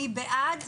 מי בעד?